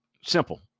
Simple